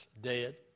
dead